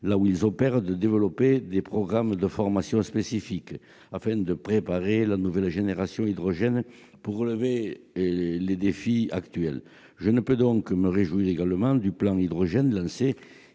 là où ils travaillent, de développer des programmes de formation spécifiques afin de préparer la nouvelle génération d'hydrogène pour relever les défis actuels. Je ne peux donc que me réjouir du plan Hydrogène lancé